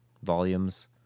volumes